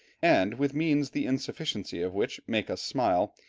and with means the insufficiency of which makes us smile,